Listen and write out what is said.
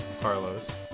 Carlos